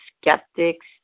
skeptics